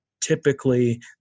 typically